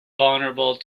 vulnerable